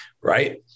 right